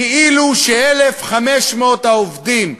כאילו 1,500 העובדים,